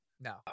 no